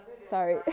sorry